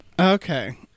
Okay